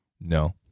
no